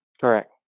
Correct